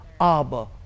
Abba